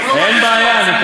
אין בעיה.